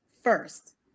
first